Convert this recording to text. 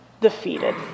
defeated